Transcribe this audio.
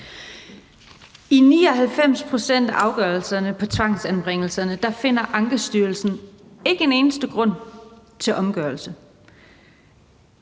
I 99 pct. af afgørelserne om tvangsanbringelse finder Ankestyrelsen ikke en eneste grund til omgørelse.